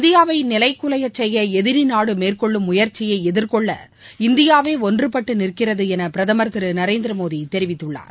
இந்தியாவை நிலைக்குலையச் செய்ய எதிரிநாடு மேற்கொள்ளும் முயற்சியை எதிர்கொள்ள இந்தியாவே ஒன்றுபட்டு நிற்கிறது என பிரதமர் திரு நரேந்திரமோடி தெரிவித்துள்ளார்